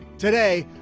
today,